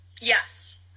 Yes